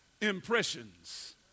Impressions